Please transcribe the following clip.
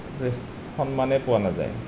সন্মানেই পোৱা নাযায়